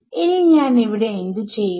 ഇനി ഞാൻ ഇവിടെ എന്ത് ചെയ്യും